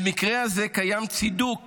במקרה הזה קיים צידוק